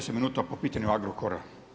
10 minuta po pitanju Agrokora.